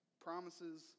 promises